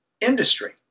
industry